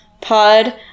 pod